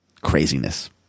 Craziness